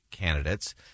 candidates